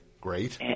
Great